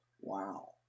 wow